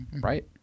right